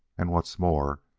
and what's more,